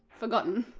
forgotten.